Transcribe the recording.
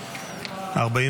לא נתקבלה.